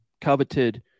coveted